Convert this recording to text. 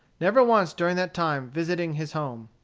never once during that time visiting his home.